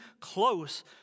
close